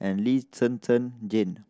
and Lee Zhen Zhen Jane